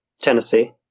Tennessee